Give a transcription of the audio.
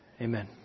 Amen